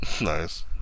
Nice